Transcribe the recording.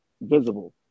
visible